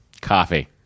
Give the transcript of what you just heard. Coffee